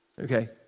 Okay